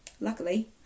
luckily